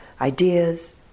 ideas